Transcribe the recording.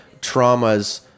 traumas